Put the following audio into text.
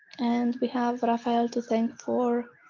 and we have rafael to thank for